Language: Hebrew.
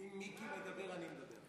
אם מיקי מדבר, אני מדבר.